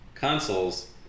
Consoles